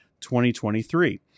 2023